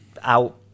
out